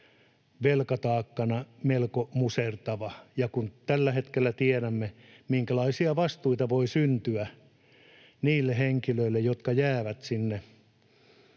velkataakkana melko musertavia. Tällä hetkellä tiedämme, minkälaisia vastuita voi syntyä niille henkilöille, jotka jäävät sinne,